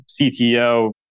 CTO